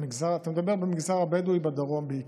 אתה מדבר בעיקר על המגזר הבדואי בדרום.